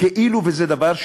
כאילו זה דבר,